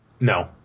No